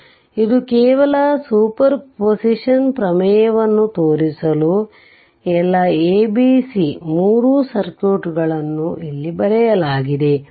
ಆದ್ದರಿಂದ ಇದು ಕೇವಲ ಸೂಪರ್ ಪೊಸಿಷನ್ ಪ್ರಮೇಯವನ್ನು ತೋರಿಸಲು ಎಲ್ಲಾ a b c 3 ಸರ್ಕ್ಯೂಟ್ಗನ್ನು ಇಲ್ಲಿ ಬರೆಯಲಾಗಿದೆ